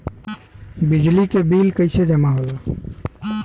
बिजली के बिल कैसे जमा होला?